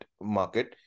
market